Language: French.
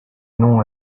non